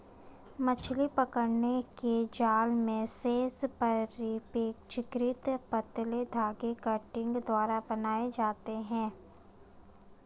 मछली पकड़ने के जाल मेशेस अपेक्षाकृत पतले धागे कंटिंग द्वारा बनाये जाते है